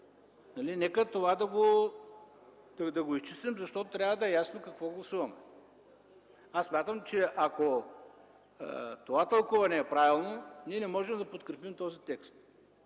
нека да го изчистим, защото трябва да е ясно какво гласуваме. Аз смятам, че ако това тълкуване е правилно, ние не можем да подкрепим този текст.